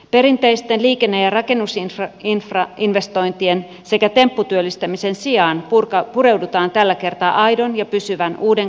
perinteisten liikenne ja rakennusinfrainvestointien sekä tempputyöllistämisen sijaan pureudutaan tällä kertaa aidon ja pysyvän uuden kasvun luomiseen